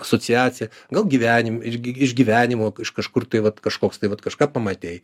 asociacija gal gyvenime irgi išgyvenimo iš kažkur tai vat kažkoks tai vat kažką pamatei